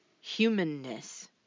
humanness